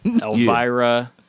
Elvira